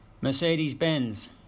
Mercedes-Benz